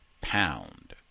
pound